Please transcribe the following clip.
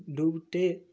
डुबिते